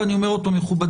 ואני אומר עוד פעם מכובדיי,